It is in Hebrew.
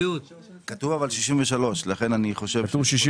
אבל כתוב 63 אלף ולכן אני חושב שזאת טעות.